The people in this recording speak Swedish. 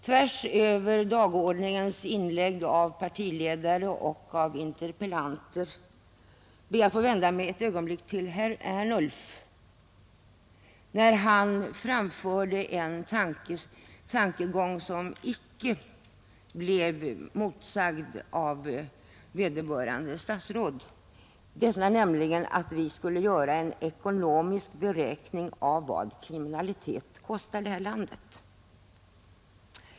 Tvärsöver inläggen av partiledare och interpellanter ber jag att få vända mig ett ögonblick till herr Ernulf, som framförde en tankegång som inte blev motsagd av vederbörande statsråd, den nämligen att vi borde göra en ekonomisk beräkning av vad kriminaliteten kostar det här landet.